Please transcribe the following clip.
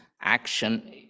action